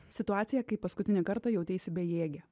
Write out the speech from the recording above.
situaciją kai paskutinį kartą jauteisi bejėgė